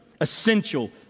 essential